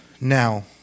Now